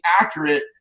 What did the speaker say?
accurate